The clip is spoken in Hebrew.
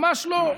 ממש לא.